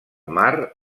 mar